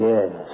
Yes